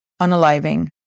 unaliving